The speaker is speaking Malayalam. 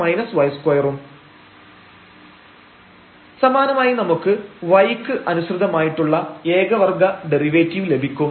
fx xy2x e സമാനമായി നമുക്ക് y ക്ക് അനുസൃതമായിട്ടുള്ള ഏക വർഗ്ഗ ഡെറിവേറ്റീവ് ലഭിക്കും